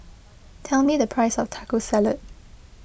tell me the price of Taco Salad